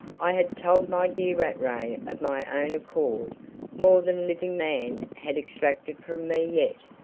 i had told my dear rattray of my own accord more than living man had extracted from me yet.